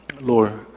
Lord